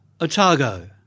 Otago